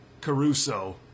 Caruso